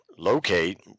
locate